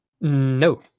No